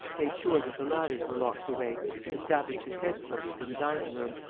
made sure that the ladders were locked away and established his headquarters in the dining-room,